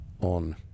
on